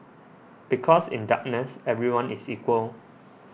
because in darkness everyone is equal